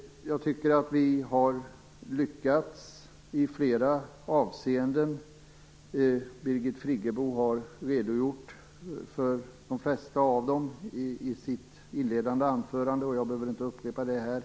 Jag tycker att vi har lyckats i flera avseenden. Birgit Friggebo har redogjort för de flesta av dem i sitt inledande anförande, och jag behöver inte upprepa dem här.